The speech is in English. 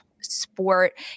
sport